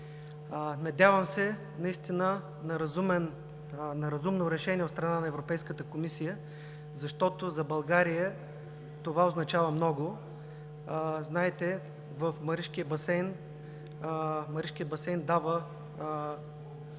Надявам се наистина на разумно решение от страна на Европейската комисия, защото за България това означава много. Знаете, че Маришкият басейн дава